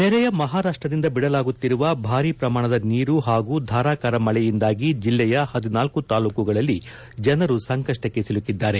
ನೆರೆಯ ಮಹಾರಾಷ್ಟದಿಂದ ಬಿಡಲಾಗುತ್ತಿರುವ ಭಾರೀ ಪ್ರಮಾಣದ ನೀರು ಹಾಗೂ ಧಾರಾಕಾರ ಮಳೆಯಿಂದಾಗಿ ಜಿಲ್ಲೆಯ ಪದಿನಾಲ್ಲು ತಾಲ್ಲೂಕುಗಳಲ್ಲಿ ಜನರು ಸಂಕಷ್ಟಕ್ಕೆ ಸಿಲುಕಿದ್ದಾರೆ